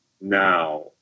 now